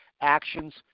actions